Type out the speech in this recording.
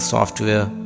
Software